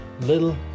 little